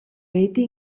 reti